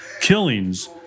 Killings